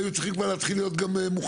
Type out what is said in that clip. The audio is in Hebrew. היו צריכים כבר להתחיל להיות גם מוכנים.